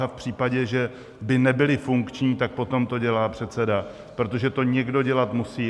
A v případě, že by nebyly funkční, tak potom to dělá předseda, protože to někdo dělat musí.